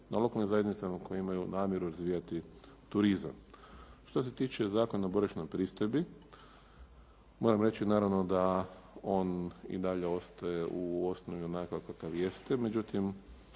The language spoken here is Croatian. na lokalnim zajednicama koje imaju namjeru razvijati turizam. Što se tiče Zakona o boravišnoj pristojbi, moram reći naravno da on i dalje ostaje u osnovi onakav kakav jeste,